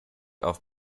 auf